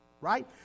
right